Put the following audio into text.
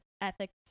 ethics